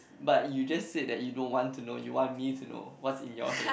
but you just said that you don't want to know you want me to know what's in your head